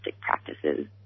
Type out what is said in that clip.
practices